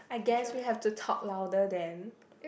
I guess we have to talk louder then